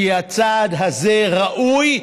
כי הצעד הזה ראוי,